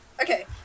Okay